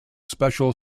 special